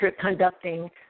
conducting